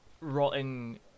rotting